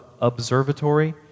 Observatory